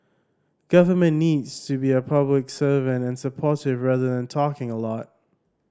government needs to be a public servant and supportive rather than talking a lot